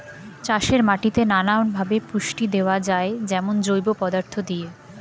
চাষের মাটিতে নানা ভাবে পুষ্টি দেওয়া যায়, যেমন জৈব পদার্থ দিয়ে